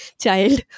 child